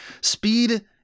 speed